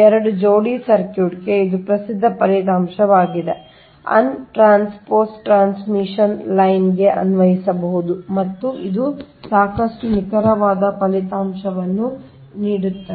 2 ಜೋಡಿ ಸರ್ಕ್ಯೂಟ್ ಗೆ ಇದು ಪ್ರಸಿದ್ಧ ಫಲಿತಾಂಶವಾಗಿದೆ ಅನ್ ಟ್ರಾನ್ಸ್ಪೋಸ್ಡ್ ಟ್ರಾನ್ಸ್ಮಿಷನ್ ಲೈನ್ ಗೆ ಅನ್ವಯಿಸಬಹುದು ಮತ್ತು ಇದು ಸಾಕಷ್ಟು ನಿಖರವಾದ ಫಲಿತಾಂಶವನ್ನು ಇಡುತ್ತದೆ